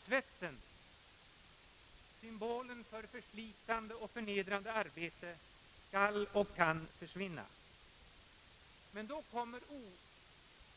»Svetten», symbolen för förslitande och förnedrande arbete, skall och kan försvinna. Men då kommer